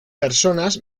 personas